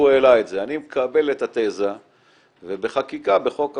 היות שהוא העלה את זה אני מקבל את התזה ובחקיקה בחוק אחר,